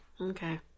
Okay